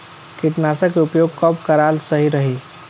कीटनाशक के प्रयोग कब कराल सही रही?